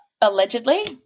allegedly